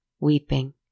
weeping